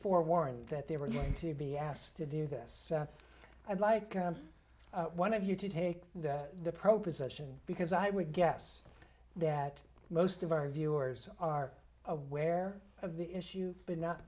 forewarned that they we're going to be asked to do this i'd like one of you to take the pro position because i would guess that most of our viewers are aware of the issue but not